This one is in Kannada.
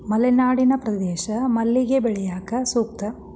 ಮಲೆನಾಡಿನ ಪ್ರದೇಶ ಮಲ್ಲಿಗೆ ಬೆಳ್ಯಾಕ ಸೂಕ್ತ